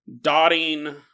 dotting